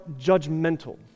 judgmental